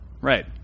right